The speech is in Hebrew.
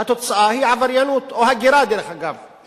התוצאה היא עבריינות, או הגירה, דרך אגב.